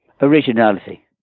Originality